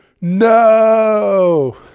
No